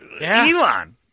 Elon